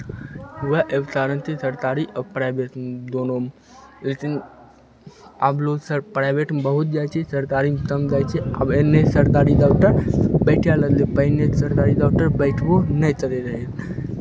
उएह एक तारण छै सरतारी आओर प्राइवेटमे दुनूमे लेतिन आब लोदसब प्राइवेटमे बहुत जाइ छै सरतारीमे तम जाइ छै आब एन्नऽ सरतारी डाक्टर बैठय लगलै पहिले सरकारी डाक्टर बैठबो नहि तरैत रहय